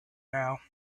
now